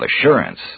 assurance